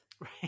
Right